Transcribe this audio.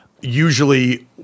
usually –